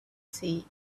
see